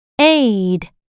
Aid